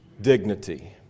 dignity